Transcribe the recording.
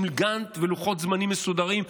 עם גאנט ולוחות זמנים מסודרים,